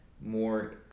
more